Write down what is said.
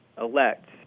elect